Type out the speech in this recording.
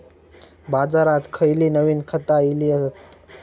बाजारात खयली नवीन खता इली हत?